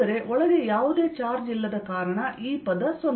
ಆದರೆ ಒಳಗೆ ಯಾವುದೇ ಚಾರ್ಜ್ ಇಲ್ಲದ ಕಾರಣ ಈ ಪದ 0